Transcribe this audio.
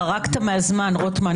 חרגת מהזמן, רוטמן.